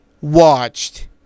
watched